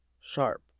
sharp